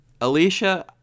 Alicia